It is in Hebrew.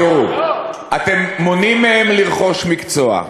תראו, אתם מונעים מהם לרכוש מקצוע,